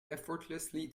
effortlessly